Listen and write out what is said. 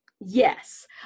Yes